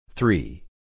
Three